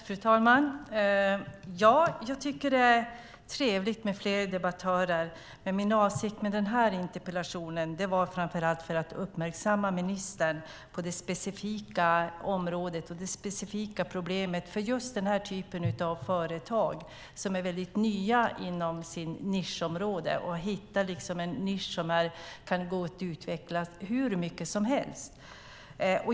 Fru talman! Jag tycker att det är trevligt med fler debattörer, men min avsikt med den här interpellationen var framför allt att uppmärksamma ministern på det specifika området och det specifika problemet för just den här typen av företag som är nya inom sitt område och har hittat en nisch som kan utvecklas hur mycket som helst.